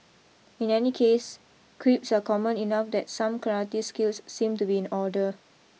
in any case creeps are common enough that some karate skills seem to be in order